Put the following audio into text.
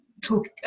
talk